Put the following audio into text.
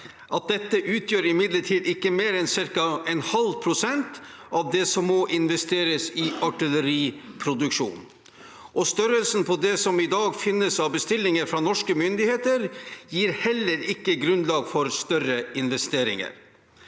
«[d]et utgjør imidlertid ikke mer enn ca. 0,5 pst. av det som må investeres i artilleriproduksjon. Og størrelsen på det som i dag finnes av bestillinger fra norske myndigheter, gir heller ikke noe grunnlag for større investeringer».